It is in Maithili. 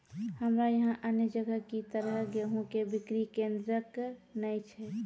हमरा यहाँ अन्य जगह की तरह गेहूँ के बिक्री केन्द्रऽक नैय छैय?